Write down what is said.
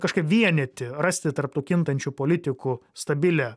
kažką vienyti rasti tarp tų kintančių politikų stabilią